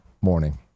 morning